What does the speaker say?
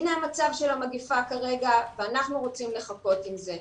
הנה המצב של המגיפה כרגע ואנחנו רוצים לחכות עם זה.